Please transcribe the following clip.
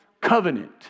Covenant